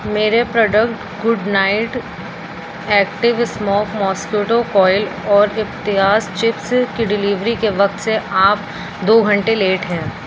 میرے product Good Knight active smoke mosquito coil اور اپتیاز چپس کی ڈلیوری کے وقت سے آپ دو گھنٹے لیٹ ہیں